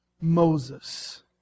Moses